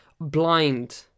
blind